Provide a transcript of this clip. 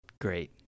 great